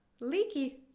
Leaky